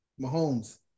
Mahomes